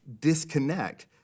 disconnect